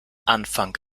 anfang